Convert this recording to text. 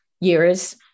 years